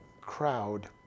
crowd